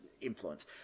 influence